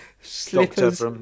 slippers